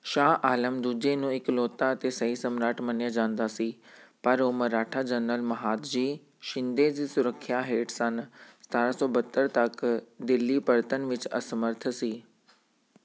ਸ਼ਾਹ ਆਲਮ ਦੂਜੇ ਨੂੰ ਇਕਲੌਤਾ ਅਤੇ ਸਹੀ ਸਮਰਾਟ ਮੰਨਿਆ ਜਾਂਦਾ ਸੀ ਪਰ ਉਹ ਮਰਾਠਾ ਜਨਰਲ ਮਹਾਦਜੀ ਸ਼ਿੰਦੇ ਦੀ ਸੁਰੱਖਿਆ ਹੇਠ ਸੰਨ ਸੱਤਾਰ੍ਹਾਂ ਸੌ ਬਹੱਤਰ ਤੱਕ ਦਿੱਲੀ ਪਰਤਣ ਵਿੱਚ ਅਸਮਰੱਥ ਸੀ